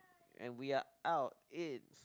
and we are out in